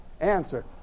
Answer